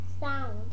sound